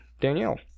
Danielle